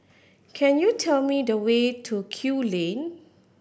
can you tell me the way to Kew Lane